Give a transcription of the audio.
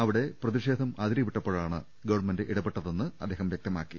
അവിടെ പ്രതിഷേധം അതിരുവിട്ടപ്പോ ഴാണ് ഗവൺമെന്റ് ഇടപെട്ടതെന്ന് അദ്ദേഹം വൃക്തമാക്കി